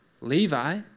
Levi